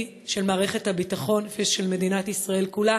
של מערכת הביטחון ושל מדינת ישראל כולה,